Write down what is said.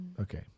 Okay